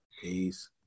Peace